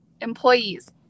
employees